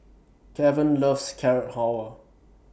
Kevan loves Carrot Halwa